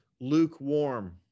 lukewarm